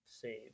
save